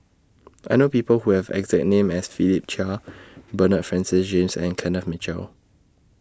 I know People Who Have exact name as Philip Chia Bernard Francis James and Kenneth Mitchell